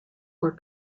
were